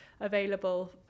available